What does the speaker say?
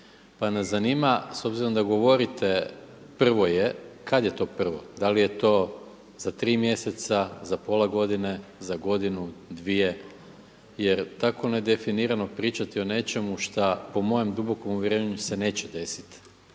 Pa nas zanima s obzirom da govorite prvo je, kada je to prvo? Da li je to za tri mjeseca, za pola godine, za godinu, dvije jer tako nedefinirano pričati o nečemu šta po mojem dubokom uvjerenju se neće desiti,